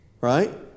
Right